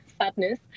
Sadness